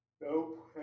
Nope